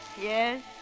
Yes